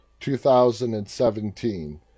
2017